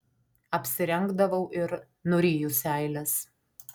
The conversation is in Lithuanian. apsirengdavau ir nuryju seiles